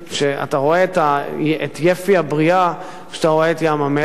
שאתה רואה את יפי הבריאה כשאתה רואה את ים-המלח,